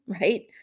right